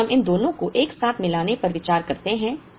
फिर हम इन दोनों को एक साथ मिलाने पर विचार करते हैं